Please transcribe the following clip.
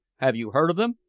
have you heard of them?